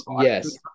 yes